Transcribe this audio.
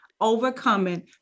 Overcoming